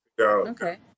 Okay